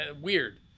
weird